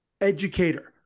educator